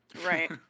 Right